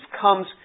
comes